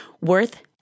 worth